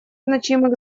значимых